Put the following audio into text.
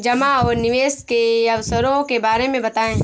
जमा और निवेश के अवसरों के बारे में बताएँ?